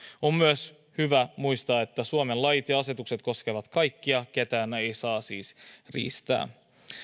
on myös hyvä muistaa että suomen lait ja asetukset koskevat kaikkia ketään ei saa siis riistää